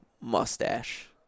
mustache